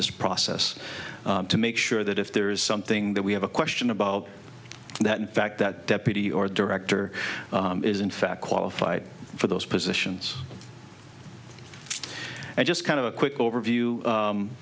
this process to make sure that if there is something that we have a question about that in fact that deputy or director is in fact qualified for those positions and just kind of a quick overview